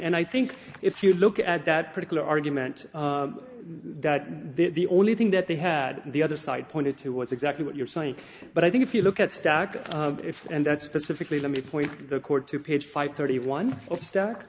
and i think if you look at that particular argument that they're the only thing that they had the other side pointed to was exactly what you're saying but i think if you look at stack if and that's specifically let me point the court to page five thirty one or stuck